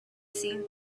seen